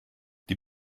die